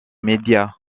médias